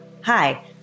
Hi